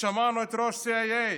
שמענו את ראש ה-CIA,